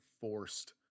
forced